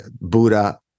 Buddha